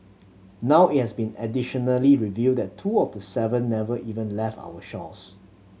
now it's been additionally revealed that two of the seven never even left our shores